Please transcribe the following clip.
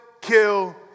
kill